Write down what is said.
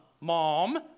mom